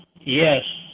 yes